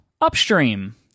Upstream